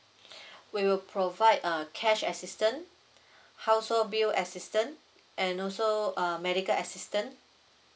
we will provide uh cash assistant household bill assistant and also uh medical assistant